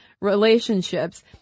relationships